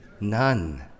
None